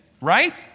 right